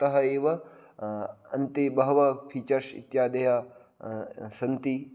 तः एव अन्ते बहवः फ़ीचर्श् इत्यादयः सन्ति